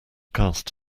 cast